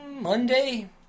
Monday